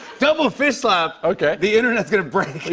double fish slap. okay. the internet is gonna break.